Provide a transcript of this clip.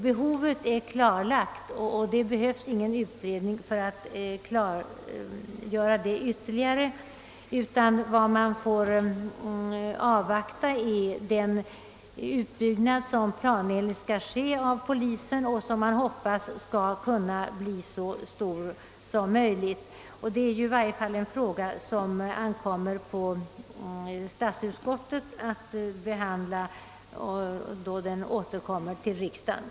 Behovet är klarlagt och det fordras ingen utredning för att klargöra det ytterligare. Vi får i stället avvakta den utbyggnad av polisen som planenligt skall ske och som vi hoppas skall bli så stor som möjligt. Det är i varje fall en fråga som ankommer på statsutskottet att behandla då den återkommer till riksdagen.